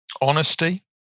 Honesty